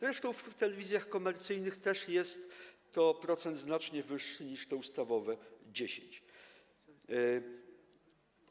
Zresztą w telewizjach komercyjnych też jest to procent znacznie wyższy niż te ustawowe 10%.